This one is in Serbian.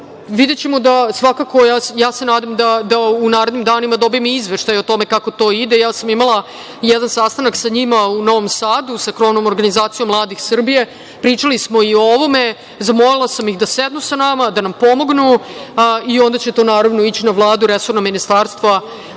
videćemo… Svakako ja se nadam da u narednim danima dobijem izveštaj o tome kako to ide. Ja sam imala jedan sastanak sa njima u Novom Sadu, sa Krovnom organizacijom mladih Srbije i pričali smo i ovome, zamolila sam ih da sednu sa nama i da nam pomognu, onda će to ići na Vladu, resorna Ministarstva da